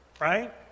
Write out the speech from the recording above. right